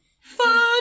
Fun